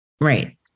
Right